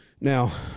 Now